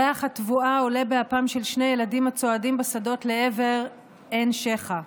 ריח התבואה עולה באפם של שני ילדים הצועדים בשדות לעבר עין שיכה.